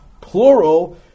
plural